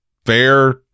Fair